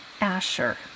Asher